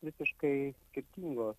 visiškai skirtingos